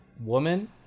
woman